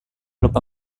lupa